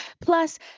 Plus